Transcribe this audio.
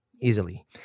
easily